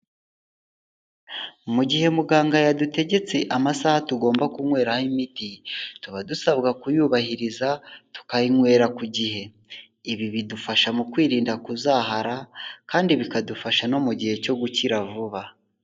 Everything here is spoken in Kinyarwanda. Mu gihe muganga yadutegetse amasaha tugomba kunyweraho imiti, tuba dusabwa kuyubahiriza tukayinywera ku gihe, ibi bidufasha mu kwirinda kuzahara, kandi bikadufasha no mu gihe cyo gukira vuba.